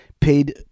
paid